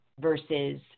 versus